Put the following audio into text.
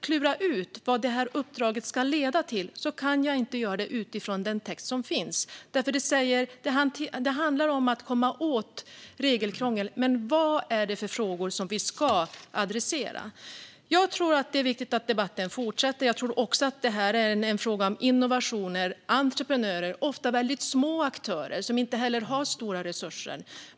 Men utifrån den text som finns kan jag inte klura ut vad uppdraget skulle leda till. Det handlar om att komma åt regelkrångel, men vilka frågor är det som ska adresseras? Jag tror att det är viktigt att debatten fortsätter. Jag tror också att det här är en fråga om innovationer och entreprenörer, ofta väldigt små aktörer som inte har stora resurser.